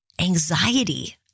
anxiety